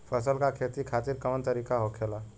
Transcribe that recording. फसल का खेती खातिर कवन तरीका होखेला?